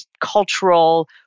cultural